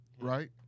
Right